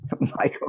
Michael